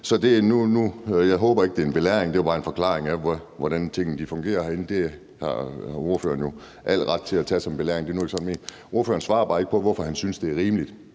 Jeg håber ikke, det var en belæring. Det var bare en forklaring på, hvordan tingene fungerer herinde. Det har ordføreren jo al ret til at tage som en belæring, men det er nu ikke sådan ment. Ordføreren svarer bare ikke på, hvorfor han og Socialdemokraterne